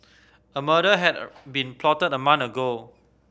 a murder had been plotted a month ago